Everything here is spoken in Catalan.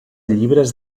llibres